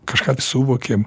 kažką suvokėm